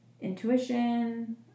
intuition